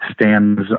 stands